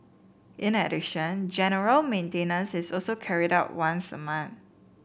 in addition general maintenance is also carried out once a month